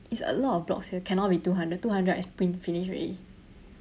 it's a lot of blocks here cannot be two hundred two hundred I sprint finish already